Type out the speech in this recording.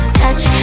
touch